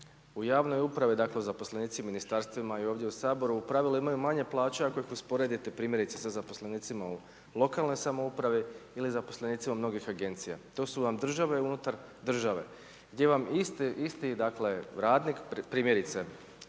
U javnoj upravi dakle zaposlenici u ministarstvima i ovdje u Saboru u pravilu imaju manje plaće ako ih usporedite primjerice sa zaposlenicima u lokalnoj samoupravi ili zaposlenicima mnogih agencija. To su vam države unutar države gdje vam isti dakle radnik, primjerice,